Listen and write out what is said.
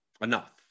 Enough